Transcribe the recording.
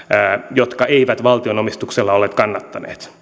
jotka eivät valtion omistuksella olleet kannattaneet